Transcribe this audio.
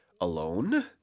alone